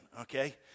okay